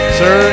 sir